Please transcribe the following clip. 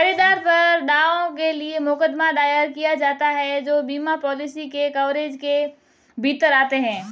खरीदार पर दावों के लिए मुकदमा दायर किया जाता है जो बीमा पॉलिसी के कवरेज के भीतर आते हैं